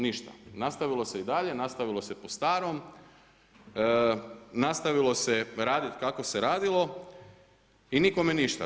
Ništa, nastavilo se i dalje, nastavilo se po starom, nastavilo se raditi kako se radilo i nikome ništa.